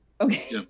Okay